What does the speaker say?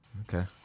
okay